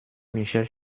michel